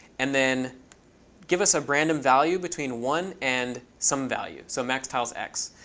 and then give us a random value between one and some value, so max tiles x.